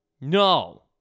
No